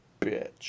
bitch